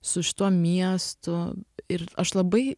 su šituo miestu ir aš labai